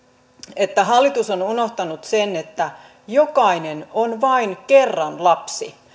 että hallitus on unohtanut sen että jokainen on vain kerran lapsi